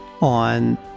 on